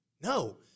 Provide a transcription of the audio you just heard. No